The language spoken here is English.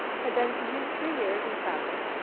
had been to use three years in travel,